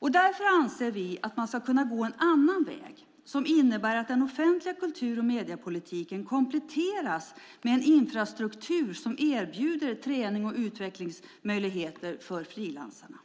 Därför anser vi att man ska kunna gå en annan väg som innebär att den offentliga kultur och mediepolitiken kompletteras med en infrastruktur som erbjuder träning och utvecklingsmöjligheter för frilansarna.